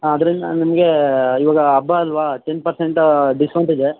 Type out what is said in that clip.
ಆದರೆ ನಾನು ನಿಮ್ಗೆ ಇವಾಗ ಹಬ್ಬ ಅಲ್ಲವಾ ಟೆನ್ ಪರ್ಸೆಂಟ್ ಡಿಸ್ಕೌಂಟ್ ಇದೆ